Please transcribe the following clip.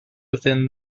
within